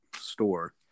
store